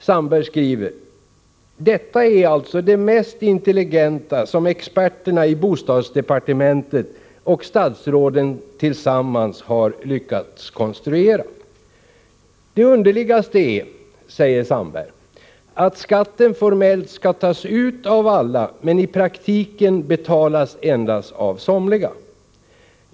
Sandberg skriver: ”Detta är alltså det mest intelligenta som experterna i bostadsdepartementet och statsråden har lyckats konstruera.” På ett annat ställe säger Sandberg: ”Det underligaste är att skatten formellt ska tas ut på alla, men i praktiken betalas endast av somliga.